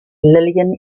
lillian